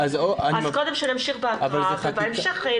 אם זה בתי החולים בבעלות הממשלה,